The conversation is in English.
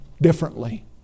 differently